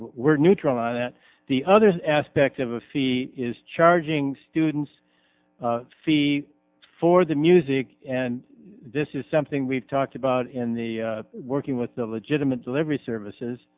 we're neutral on that the others aspect of a fee is charging students fee for the music and this is something we've talked about in the working with the legitimate delivery services